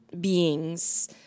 beings